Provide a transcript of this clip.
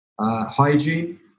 Hygiene